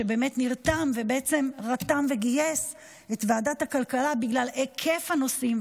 שבאמת נרתם ורתם וגייס את ועדת הכלכלה בגלל היקף הנושאים,